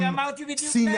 אני אמרתי בדיוק להפך.